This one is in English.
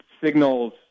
signals